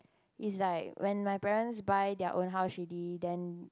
is like when my parents buy their own house she then